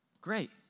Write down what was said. Great